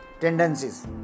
tendencies